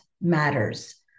matters